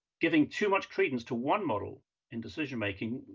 giving too much credence to one model in decision making,